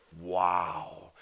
Wow